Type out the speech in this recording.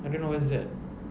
I don't know what is that